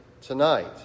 tonight